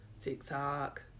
TikTok